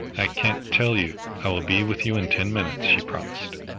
i can't tell you i will be with you in ten minutes, she promised.